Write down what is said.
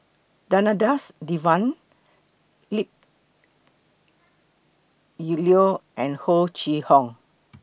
Danadas Devan leap Yip Leo and Ho Chee Hong